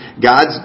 God's